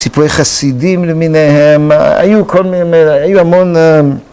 סיפורי חסידים למיניהם, היו כל מיני, היו המון.